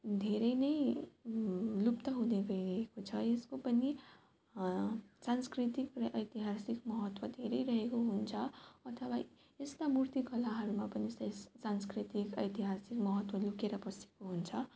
धेरै नै लुप्त हुँदै गइरहेको छ यसको पनि सांस्कृतिक र ऐतिहासिक महत्त्व धेरै रहेको हुन्छ अथवा यस्ता मूर्तिकलाहरूमा पनि सा सांस्कृतिक ऐतिहासिक महत्त्व लुकेर बसेको हुन्छ